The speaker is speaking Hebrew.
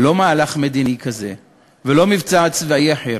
לא מהלך מדיני כזה ולא מבצע צבאי אחר,